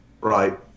right